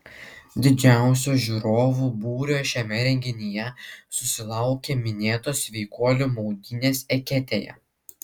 didžiausio žiūrovų būrio šiame renginyje susilaukė minėtos sveikuolių maudynės eketėje